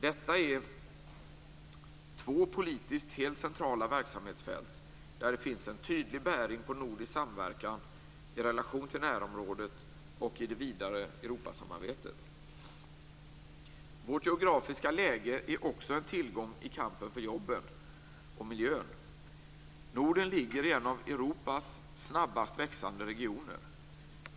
Detta är två politiskt helt centrala verksamhetsfält där det finns en tydlig bäring på nordisk samverkan i relation till närområdet och i det vidare Europasamarbetet. Vårt geografiska läge är också en tillgång i kampen för jobben och miljön. Norden ligger i en av Europas snabbast växande regioner.